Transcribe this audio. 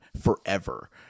forever